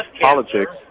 politics